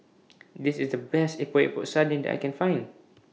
This IS The Best Epok Epok Sardin that I Can Find